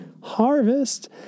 harvest